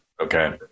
Okay